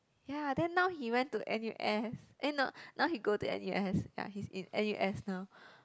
ya then now he went to N_U_S eh no now he go to N_U_S ya he's in N_U_S now